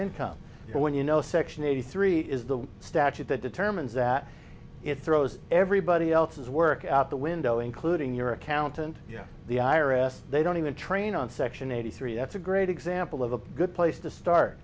income so when you know section eighty three is the statute that determines that it throws everybody else's work out the window including your accountant the i r s they don't even train on section eighty three that's a great example of a good place to start